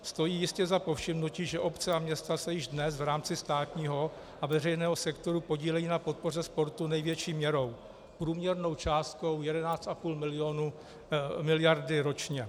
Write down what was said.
Stojí jistě za povšimnutí, že obce a města se již dnes v rámci státního a veřejného sektoru podílejí na podpoře sportu největší měrou průměrnou částkou 11,5 miliardy ročně.